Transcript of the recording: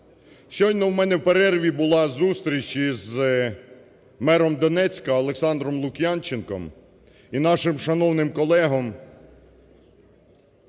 Щойно в мене в перерві була зустріч із мером Донецька Олександром Лук'янченком і нашим шановним колегою